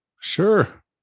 sure